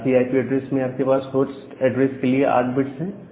class C IP address में आपके पास होस्ट एड्रेस के लिए 8 बिट्स है